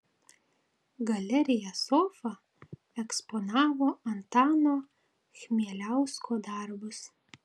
galerija sofa eksponavo antano chmieliausko darbus